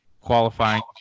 qualifying